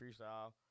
freestyle